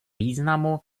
významu